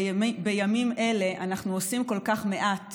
בימים אלה אנחנו עושים כל כך מעט